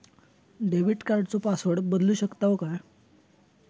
Debit कार्डचो password बदलु शकतव काय?